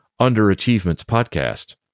underachievementspodcast